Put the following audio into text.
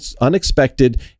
unexpected